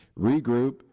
regroup